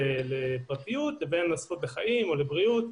לפרטיות לבין הזכות לחיים או לבריאות.